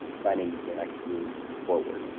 planning your next moves forward,